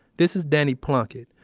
this is danny plunkett,